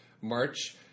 March